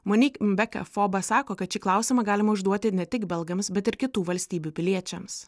monik mbeka foba sako kad šį klausimą galima užduoti ne tik belgams bet ir kitų valstybių piliečiams